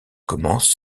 commence